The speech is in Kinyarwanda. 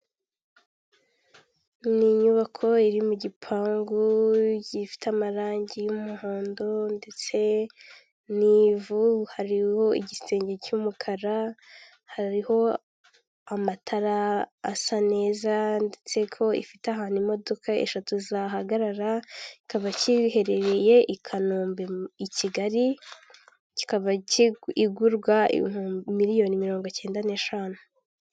Ni inyubako iri mu gipangu gifite amarangi y'umuhondo ndetse n'ivu kiriho igisenge cy'umukara, hariho amatara asa neza ndetse ko ifite ahantu imodoka eshatu zahagarara, ikaba iherereye i Kanombe i Kigali, ikaba igurwa miliyoni mirongo icyenda n'eshanu.